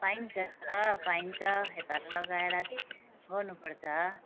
पाइन्छ पाइन्छ यता लगाएर चाहिँ छोड्नुपर्छ